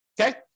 okay